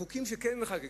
בחוקים שכן מחוקקים,